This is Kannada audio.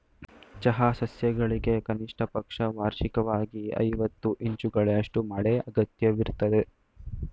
ಚಹಾ ಸಸ್ಯಗಳಿಗೆ ಕನಿಷ್ಟಪಕ್ಷ ವಾರ್ಷಿಕ್ವಾಗಿ ಐವತ್ತು ಇಂಚುಗಳಷ್ಟು ಮಳೆ ಅಗತ್ಯವಿರ್ತದೆ